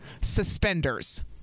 suspenders